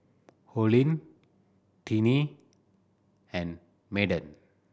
Olene Tinie and Madden